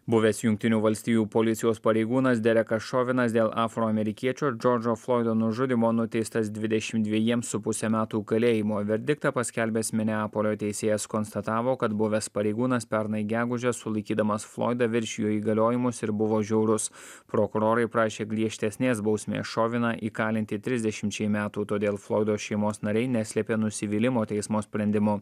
buvęs jungtinių valstijų policijos pareigūnas derekas šovenas dėl afroamerikiečio džordžo floido nužudymo nuteistas dvidešimt dvejiems su puse metų kalėjimo verdiktą paskelbęs mineapolio teisėjas konstatavo kad buvęs pareigūnas pernai gegužę sulaikydamas floidą viršijo įgaliojimus ir buvo žiaurus prokurorai prašė griežtesnės bausmės šoveną įkalinti trisdešimčiai metų todėl floido šeimos nariai neslėpė nusivylimo teismo sprendimu